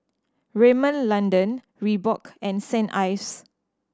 Rimmel London Reebok and Saint Ives